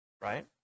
Right